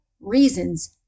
reasons